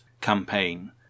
campaign